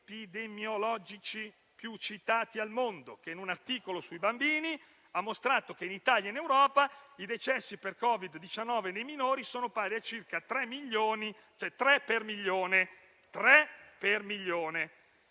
epidemiologi più citati al mondo, in un articolo sui bambini ha mostrato che in Italia e in Europa i decessi per Covid-19 dei minori sono pari a circa tre per milione.